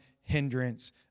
hindrance